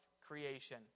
creation